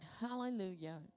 Hallelujah